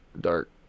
Dark